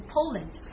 Poland